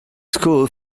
school